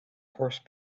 horse